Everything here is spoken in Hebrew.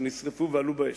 שנשרפו ועלו באש.